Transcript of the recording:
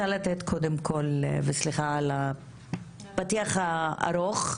סליחה על הפתיח הארוך,